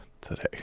Today